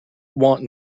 want